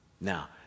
Now